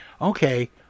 okay